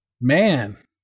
Man